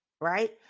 Right